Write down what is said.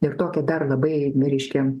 ir tokia dar labai reiškia